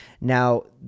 Now